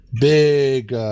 Big